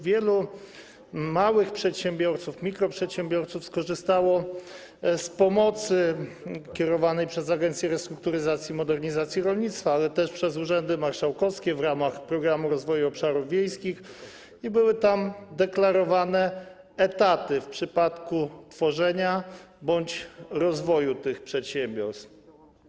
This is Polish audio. Wielu małych przedsiębiorców, mikroprzedsiębiorców skorzystało z pomocy kierowanej przez Agencję Restrukturyzacji i Modernizacji Rolnictwa, ale też przez urzędy marszałkowskie w ramach Programu Rozwoju Obszarów Wiejskich i były tam deklarowane etaty w przypadku tworzenia bądź rozwoju tych przedsiębiorstw.